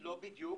לא בדיוק.